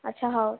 ଆଚ୍ଛା ହଉ